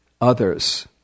others